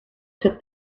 took